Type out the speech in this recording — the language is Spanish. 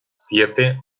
siete